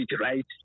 right